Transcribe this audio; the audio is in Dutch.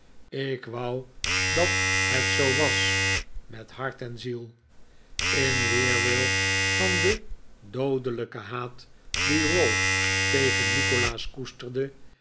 ik wou dat het zoo was met hart en ziel in weerwil van den doodelijken haat dien ralph tegen nikolaas koesterde